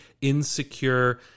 insecure